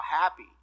happy